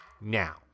Now